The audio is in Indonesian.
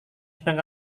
sedang